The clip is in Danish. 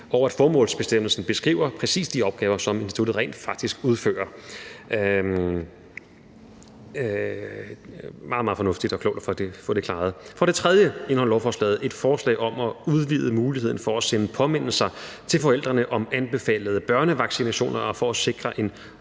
og at formålsbestemmelsen beskriver præcis de opgaver, som instituttet rent faktisk udfører. Meget, meget fornuftigt og klogt at få det klaret. For det tredje indeholder lovforslaget et forslag om at udvide muligheden for sende påmindelser til forældrene om anbefalede børnevaccinationer for at sikre en